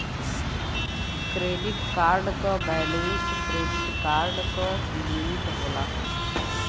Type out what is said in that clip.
credit card क balance credit card क limit होला